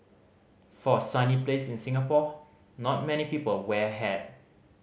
for a sunny place like Singapore not many people wear a hat